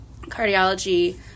Cardiology